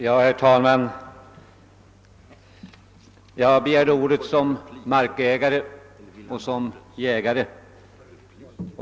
Herr talman! Jag begärde ordet i egenskap av markägare och jägare.